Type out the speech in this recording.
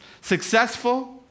Successful